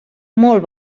molt